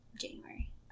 January